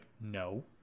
no